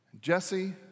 Jesse